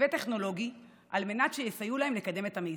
וטכנולוגי על מנת שיסייעו להם לקדם את המיזם.